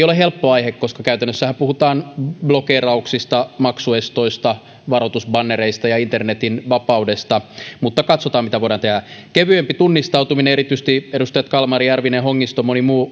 ole helppo aihe koska käytännössähän puhutaan blokeerauksista maksuestoista varoitusbannereista ja internetin vapaudesta mutta katsotaan mitä voidaan tehdä kevyempi tunnistautuminen johon erityisesti edustajat kalmari järvinen hongisto moni muu